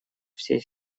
всем